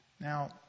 Now